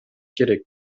керек